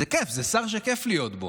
זה כיף, זה שר שכיף להיות.